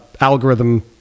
algorithm